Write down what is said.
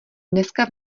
dneska